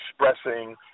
expressing